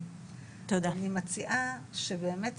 או למצבי